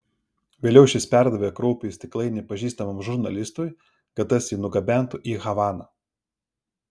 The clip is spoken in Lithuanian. vėliau šis perdavė kraupųjį stiklainį pažįstamam žurnalistui kad tas jį nugabentų į havaną